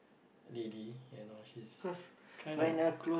lady you know she's kind of